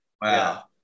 Wow